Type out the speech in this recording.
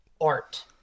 art